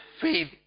faith